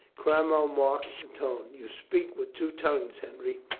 cromwell marked the tone. you speak with two tongues, henry.